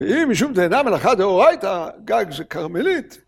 ‫אם משום תדע מלאכה דאורייטה, ‫גג זה קרמלית.